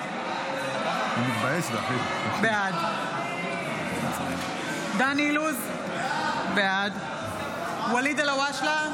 אייכלר, בעד דן אילוז, בעד ואליד אלהואשלה,